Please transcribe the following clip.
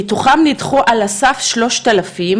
מתוכן נדחו על הסף 3,000,